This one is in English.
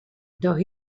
though